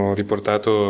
riportato